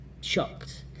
shocked